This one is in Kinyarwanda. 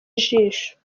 ijisho